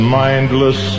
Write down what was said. mindless